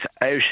out